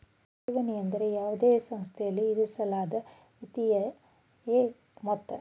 ಠೇವಣಿ ಎಂದರೆ ಯಾವುದೇ ಸಂಸ್ಥೆಯಲ್ಲಿ ಇರಿಸಲಾದ ವಿತ್ತೀಯ ಮೊತ್ತ